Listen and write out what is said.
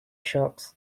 sharks